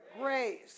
Grace